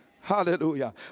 Hallelujah